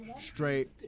Straight